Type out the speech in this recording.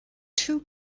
too